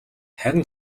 харин